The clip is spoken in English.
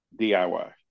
DIY